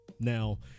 Now